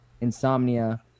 insomnia